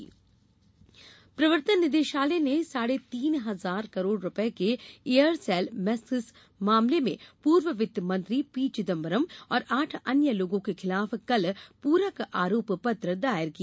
प्रवर्तन निदेशालय प्रवर्तन निदेशालय ने साढ़े तीन हजार करोड़ रुपए के एयरसेल मैक्सिस मामले में पूर्व वित्त मंत्री पी चिदंबरम और आठ अन्य लोगों के खिलाफ कल प्रक आरोप पत्र दायर किया